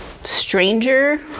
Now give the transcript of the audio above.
stranger